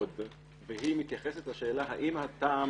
היא צרה מאוד והיא מתייחסת לשאלה האם הטעם